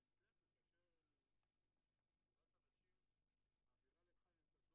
רחל עזריה מאחרת,